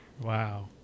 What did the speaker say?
Wow